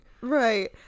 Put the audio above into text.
Right